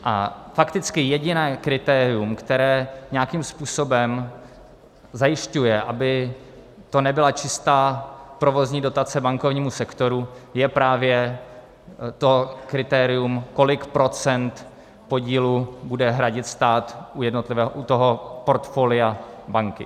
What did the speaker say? A fakticky jediné kritérium, které nějakým způsobem zajišťuje, aby to nebyla čistá provozní dotace bankovnímu sektoru, je právě to kritérium, kolik procent podílu bude hradit stát u portfolia banky.